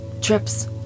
trips